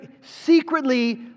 secretly